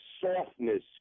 softness